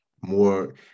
more